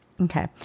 Okay